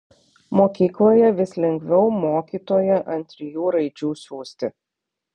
mokykloje vis lengviau mokytoją ant trijų raidžių siųsti